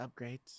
upgrades